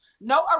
No